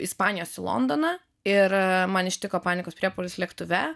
ispanijos į londoną ir man ištiko panikos priepuolis lėktuve